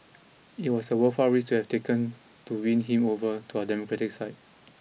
it was a worthwhile risk to have taken to win him over to our democratic side